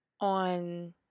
on